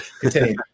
Continue